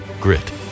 grit